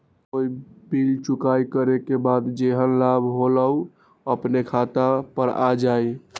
कोई बिल चुकाई करे के बाद जेहन लाभ होल उ अपने खाता पर आ जाई?